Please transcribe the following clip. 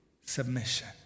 Submission